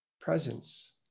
presence